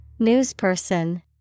Newsperson